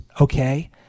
okay